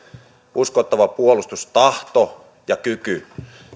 uskottava puolustustahto ja kyky